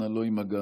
אנא, לא עם הגב.